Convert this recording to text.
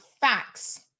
facts